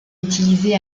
utilisées